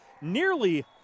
nearly